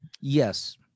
Yes